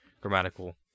grammatical